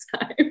time